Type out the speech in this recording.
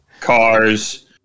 cars